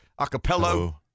acapella